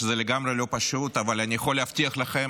זה לגמרי לא פשוט, אבל אני יכול להבטיח לכם